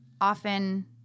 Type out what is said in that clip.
often